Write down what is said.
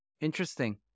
Interesting